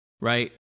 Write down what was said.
right